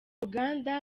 ruganda